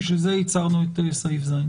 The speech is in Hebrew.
בשביל זה ייצרנו את סעיף (ז).